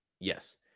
yes